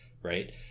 Right